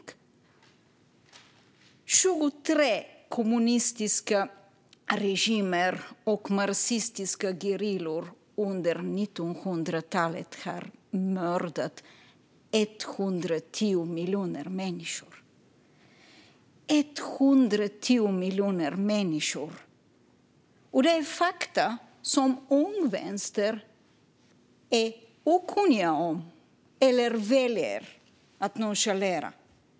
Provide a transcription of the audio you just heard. Det är 23 kommunistiska regimer och marxistiska gerillor som under 1900-talet har mördat 110 miljoner människor. Det är fakta som Ung Vänster är okunniga om eller väljer att nonchalera.